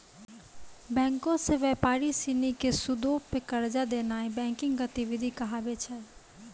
बैंको से व्यापारी सिनी के सूदो पे कर्जा देनाय बैंकिंग गतिविधि कहाबै छै